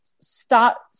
stop